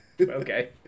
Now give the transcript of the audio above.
Okay